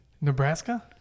Nebraska